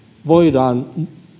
voidaan